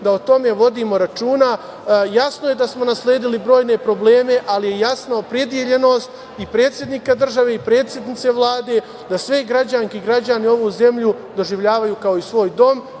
da o tome vodimo računa. Jasno je da smo nasledili brojne probleme, ali je jasna opredeljenost i predsednika države i predsednice Vlade da sve građanke i građani ovu zemlju doživljavaju kao svoj dom.